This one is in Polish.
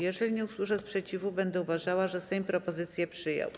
Jeżeli nie usłyszę sprzeciwu, będę uważała, że Sejm propozycje przyjął.